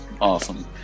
Awesome